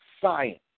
science